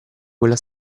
quella